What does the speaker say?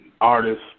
artists